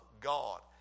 God